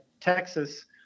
Texas